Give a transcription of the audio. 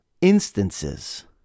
instances